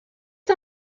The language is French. des